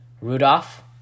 Rudolph